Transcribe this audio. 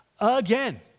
again